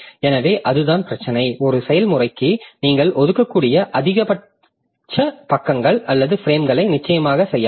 எனவே அதுதான் பிரச்சினை ஒரு செயல்முறைக்கு நீங்கள் ஒதுக்கக்கூடிய அதிகபட்ச பக்கங்கள் அல்லது பிரேம்களை நிச்சயமாக செய்யலாம்